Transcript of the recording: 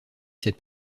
cette